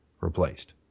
replaced